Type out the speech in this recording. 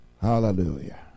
hallelujah